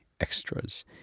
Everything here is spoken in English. extras